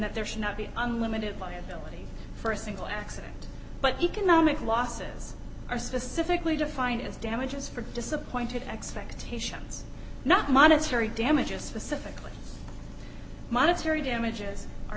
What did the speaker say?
that there should not be unlimited liability for a single accident but economic losses are specifically defined as damages for disappointed expectations not monetary damages specific monetary damages are